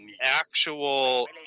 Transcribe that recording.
actual